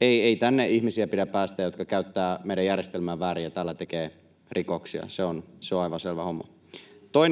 Ei tänne pidä päästää ihmisiä, jotka käyttävät meidän järjestelmäämme väärin ja täällä tekevät rikoksia. Se on aivan selvä homma. [Juha